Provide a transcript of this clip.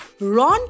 Ron